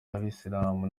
abayisilamu